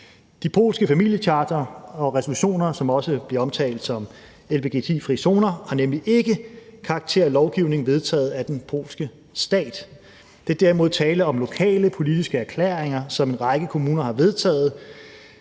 De polske familiechartre og resolutioner, som også bliver omtalt som lgbti-fri zoner, har nemlig ikke karakter af lovgivning vedtaget af den polske stat. Der er derimod tale om lokale politiske erklæringer, som en række kommuner har vedtaget.